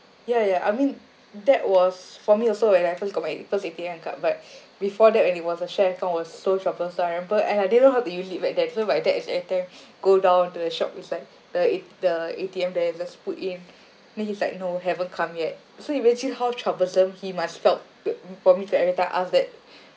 yeah yeah I mean that was for me also when I first got my first A_T_M card but before that when it was a shared account was so troublesome I remember and I didn't know how to use it back then so my dad has to every time go down to the shop is like the A the A_T_M there just put in then he's like no haven't come yet so you imagine how troublesome he must felt to mm for me to every time ask that